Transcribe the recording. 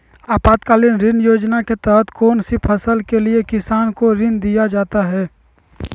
आपातकालीन ऋण योजना के तहत कौन सी फसल के लिए किसान को ऋण दीया जाता है?